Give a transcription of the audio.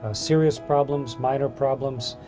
ah serious problems, minor problems,